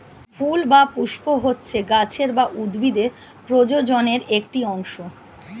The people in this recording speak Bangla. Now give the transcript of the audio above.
ফুল বা পুস্প হচ্ছে গাছের বা উদ্ভিদের প্রজননের একটি অংশ